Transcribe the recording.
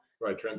Right